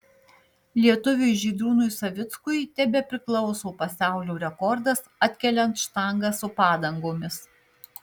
lietuviui žydrūnui savickui tebepriklauso pasaulio rekordas atkeliant štangą su padangomis